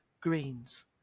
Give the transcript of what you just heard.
greens